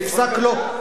נפסק לו.